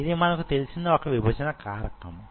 ఇది మనకు తెలిసిన వొక విభజన కారకము